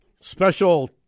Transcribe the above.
special